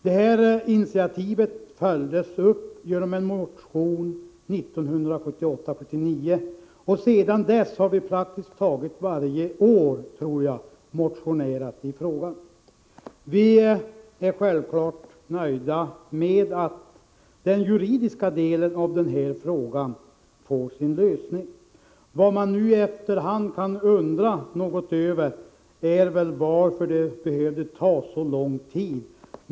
Detta initiativ följdes upp genom en motion 1978/79. Sedan dess har vi praktiskt taget varje år motionerat i denna fråga, tror jag. Vi är självfallet nöjda med att den juridiska delen av denna fråga får sin lösning. Vad man efter hand kan undra något över är varför det behövde ta så lång tid.